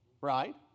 Right